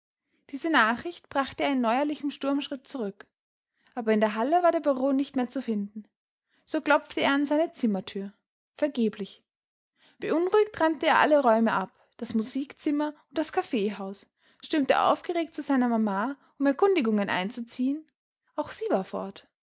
diese nachricht brachte er in neuerlichem sturmschritt zurück aber in der halle war der baron nicht mehr zu finden so klopfte er an seine zimmertür vergeblich beunruhigt rannte er alle räume ab das musikzimmer und das kaffeehaus stürmte aufgeregt zu seiner mama um erkundigungen einzuziehen auch sie war fort